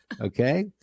okay